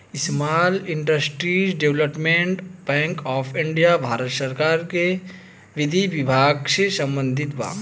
small industries development bank of India Bharat सरकार के विधि विभाग से संबंधित बा